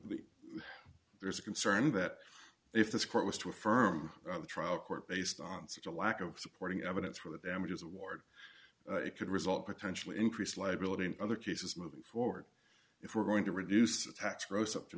the there's a concern that if this court was to affirm the trial court based on such a lack of supporting evidence for the damages award it could result potentially increased liability in other cases moving forward if we're going to reduce tax gross up to